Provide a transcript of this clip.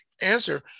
answer